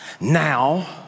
Now